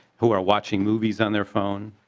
who are watching movies on their phones.